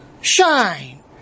shine